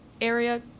area